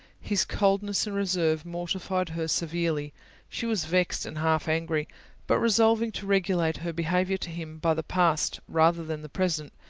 his coldness and reserve mortified her severely she was vexed and half angry but resolving to regulate her behaviour to him by the past rather than the present,